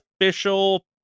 official